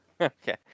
Okay